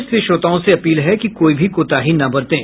इसलिए श्रोताओं से अपील है कि कोई भी कोताही न बरतें